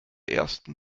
ersten